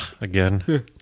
Again